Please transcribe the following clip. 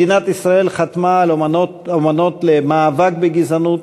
מדינת ישראל חתמה על אמנות למאבק בגזענות,